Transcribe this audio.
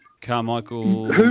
Carmichael